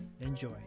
Enjoy